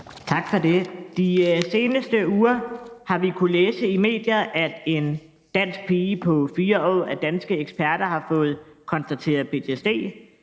Tak for det. De seneste uger har vi kunnet læse i medier, at en dansk pige på 4 år af danske eksperter har fået konstateret ptsd.